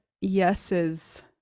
yeses